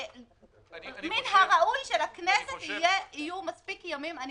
מן הראוי שלכנסת יהיו מספיק ימים לדון.